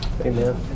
Amen